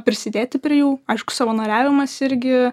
prisidėti prie jų aišku savanoriavimas irgi